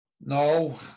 No